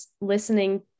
listening